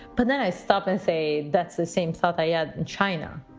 but then i stop and say, that's the same thought i had china.